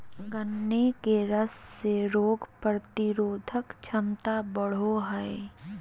गन्ने के रस से रोग प्रतिरोधक क्षमता बढ़ो हइ